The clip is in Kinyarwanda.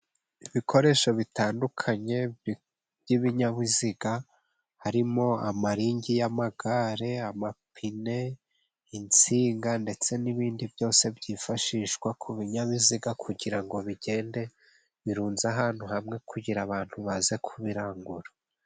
Ibikoresho bitandukanye by'ibinyabiziga, harimo amaringi y'amagare, amapine, insinga ndetse n'ibindi byose byifashishwa ku binyabiziga kugira ngo bigende, birunze ahantu hamwe kugira abantu baze kubirangura.